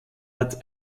ort